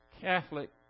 Catholic